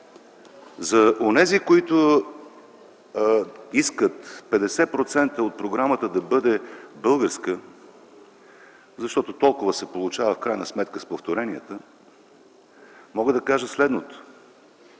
На онези, които искат 50% от програмата да бъде българска, защото толкова се получава в крайна сметка с повторенията, мога да кажа следното: